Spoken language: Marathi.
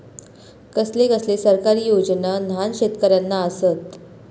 कसले कसले सरकारी योजना न्हान शेतकऱ्यांना आसत?